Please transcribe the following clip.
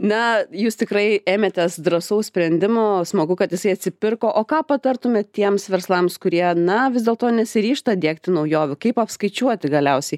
na jūs tikrai ėmėtės drąsaus sprendimo smagu kad jisai atsipirko o ką patartumėt tiems verslams kurie na vis dėlto nesiryžta diegti naujovių kaip apskaičiuoti galiausiai